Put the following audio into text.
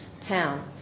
town